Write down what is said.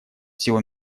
всего